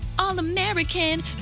All-American